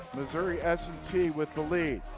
missouri s and t with the lead.